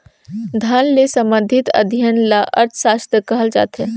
धन ले संबंधित अध्ययन ल अर्थसास्त्र कहल जाथे